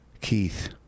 Keith